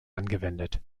angewendet